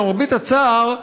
למרבה הצער,